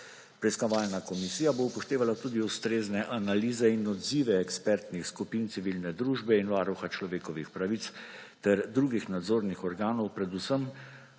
Preiskovalna komisija bo upoštevala tudi ustrezne analize in odzive ekspertnih skupin civilne družbe in Varuha človekovih pravic ter drugih nadzornih organov, predvsem